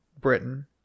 Britain